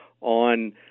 on